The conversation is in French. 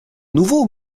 nouveau